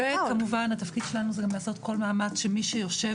וכמובן התפקיד שלנו זה גם לעשות כל מאמץ שמי שיושב